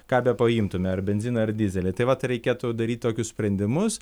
ką bepaimtume ar benziną ar dyzelį tai vat reikėtų daryt tokius sprendimus